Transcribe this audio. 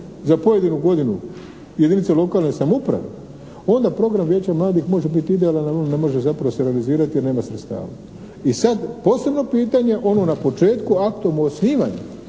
za pojedinu godinu jedinica lokalne samouprave onda Program vijeća mladih može biti idealan ali on ne može zapravo se realizirati jer nema sredstava. I sad posebno pitanje ono na početku. Aktom o osnivanju